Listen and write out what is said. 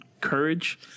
courage